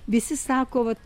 visi sako vat